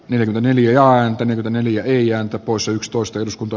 yli neljä ääntä neljä eija taposen ps tuosta eduskunta